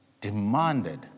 demanded